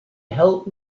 help